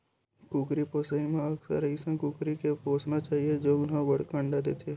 कुकरी पोसइ म अक्सर अइसन कुकरी के पोसना चाही जउन ह बड़का अंडा देथे